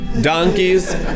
donkeys